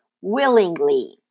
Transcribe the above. willingly